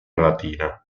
latina